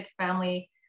family